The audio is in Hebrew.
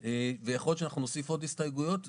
ויכול להיות שאנחנו נוסיף עוד הסתייגויות.